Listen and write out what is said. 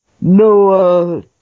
no